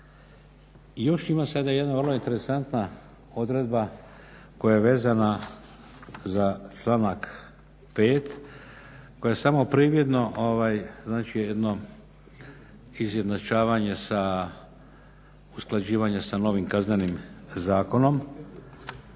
još ima sada jedna vrlo interesantna odredba koja je vezana za članak 5. koja samo prividno, ovaj znači jedno izjednačavanje sa, usklađivanje sa novim Kaznenim zakonom